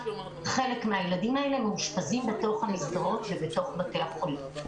חלק מהילדים האלה מאושפזים בתוך המסגרות ובתוך בתי החולים.